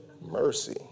Mercy